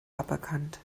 aberkannt